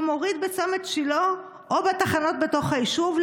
הוא מוריד בצומת שילה או בתחנות בתוך היישוב,